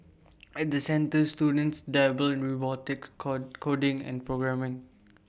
at the centres students dabble in robotics call coding and programming